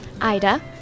Ida